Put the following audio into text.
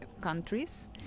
countries